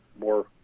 more